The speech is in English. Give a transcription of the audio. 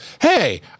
hey